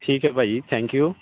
ਠੀਕ ਹੈ ਭਾਅ ਜੀ ਥੈਂਕਿਊ